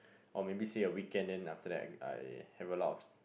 or maybe say a weekend then after that I I have a lot of